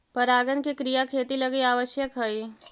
परागण के क्रिया खेती लगी आवश्यक हइ